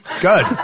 good